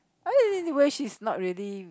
anyway she is not ready